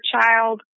child